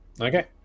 okay